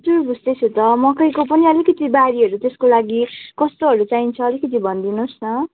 बुझ्दैछु त मकैको पनि अलिकति बारीहरू त्यसको लागि कस्तोहरू चाहिन्छ अलिकति भनिदिनुहोस् न